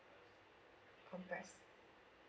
Kompressor